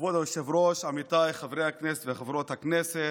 כבוד היושב-ראש, עמיתיי חברי הכנסת וחברות הכנסת,